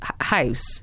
house